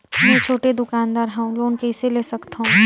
मे छोटे दुकानदार हवं लोन कइसे ले सकथव?